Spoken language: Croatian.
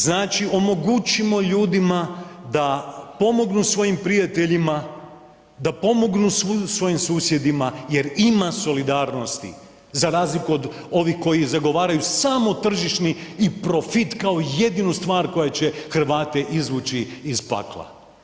Znači omogućimo ljudima da pomognu svojim prijateljima, da pomognu svojim susjedima jer ima solidarnosti za razliku od ovih koji zagovaraju samo tržišni i profit kao jedinu stvar koja će Hrvate izvući iz pakla.